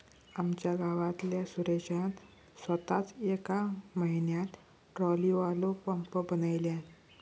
आमच्या गावातल्या सुरेशान सोताच येका म्हयन्यात ट्रॉलीवालो पंप बनयल्यान